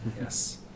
Yes